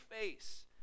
face